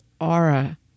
aura